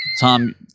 Tom